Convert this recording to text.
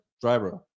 Driver